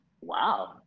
wow